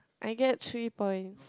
I get three points